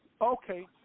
Okay